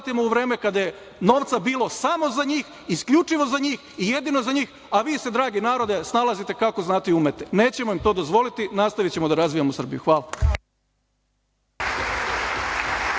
u vreme kada je novca bilo samo za njih, isključivo za njih i jedino za njih, a vi se dragi narode snalazite kako znate i umete. Nećemo vam to dozvoliti nastavićemo da razvijamo Srbiju. Hvala.